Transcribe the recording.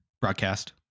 broadcast